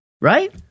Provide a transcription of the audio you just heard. right